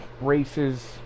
races